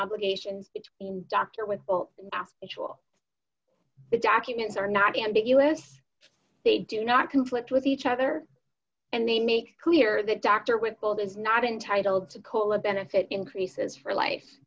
obligations doctor with all the documents are not ambiguous they do not conflict with each other and they make clear that doctor whipple is not entitled to call a benefit increases for life